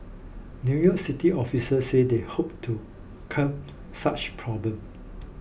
New York City officials said they hoped to curb such problems